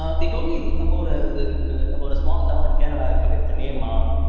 ah they told me about ah about a small town in canada, i forget the name, um